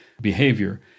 behavior